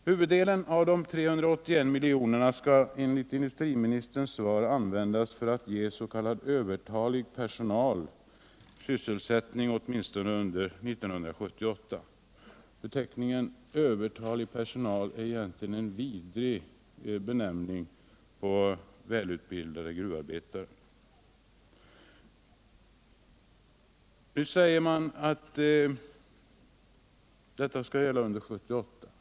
Huvuddelen av de 381 miljonerna skall enligt industriministerns svar användas för att ge s.k. övertalig personal — egentligen en vidrig benämning på välutbildade gruvarbetare — sysselsättning åtminstone under år 1978.